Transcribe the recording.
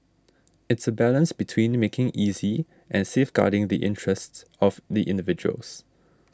it's a balance between making easy and safeguarding the interests of the individuals